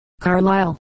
Carlisle